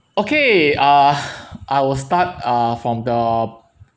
okay ah I will start uh from the